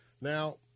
Now